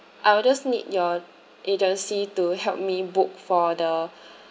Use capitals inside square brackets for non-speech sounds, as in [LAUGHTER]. I'll just need your agency to help me book for the [BREATH]